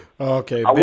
Okay